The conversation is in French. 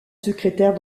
secrétaire